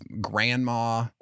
grandma